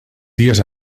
dies